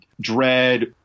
dread